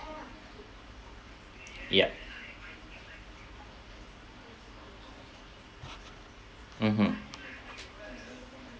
yup mmhmm